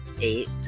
eight